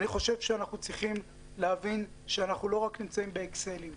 אנחנו צריכים להבין שאנחנו לא נמצאים רק באקסלים,